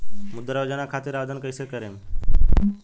मुद्रा योजना खातिर आवेदन कईसे करेम?